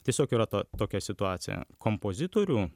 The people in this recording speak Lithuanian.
tiesiog yra ta tokia situacija kompozitorių